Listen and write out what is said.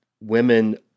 women